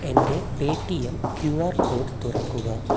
എൻ്റെ Paytm Q R code തുറക്കുക